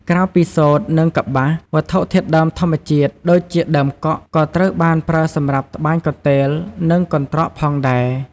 ក្រៅពីសូត្រ និងកប្បាស វត្ថុធាតុដើមធម្មជាតិដូចជាដើមកក់ ក៏ត្រូវបានប្រើសម្រាប់ ត្បាញកន្ទេល និងកន្ត្រក ផងដែរ។